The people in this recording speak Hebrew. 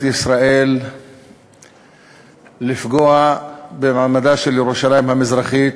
ישראל לפגוע במעמדה של ירושלים המזרחית